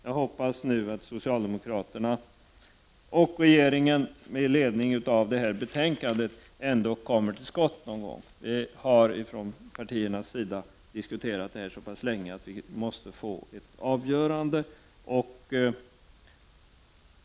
Jag hoppas att socialdemokraterna och regeringen med ledning av detta betänkande äntligen kommer till skott. Detta har diskuterats så pass länge att vi måste få ett avgörande.